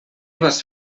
vas